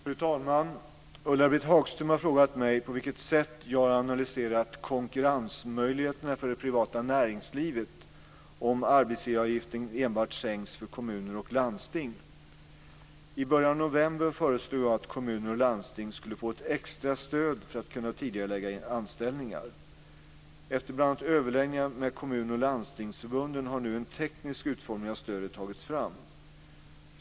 Fru talman! Ulla-Britt Hagström har frågat mig på vilket sätt jag har analyserat konkurrensmöjligheterna för det privata näringslivet om arbetsgivaravgiften enbart sänks för kommuner och landsting. I början av november föreslog jag att kommuner och landsting skulle få ett extra stöd för att kunna tidigarelägga anställningar. Efter bl.a. överläggningar med kommun och landstingsförbunden har nu en teknisk utformning av stödet tagits fram.